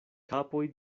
kapoj